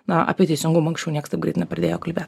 na apie teisingumą anksčiau nieks taip greit nepradėjo kalbėt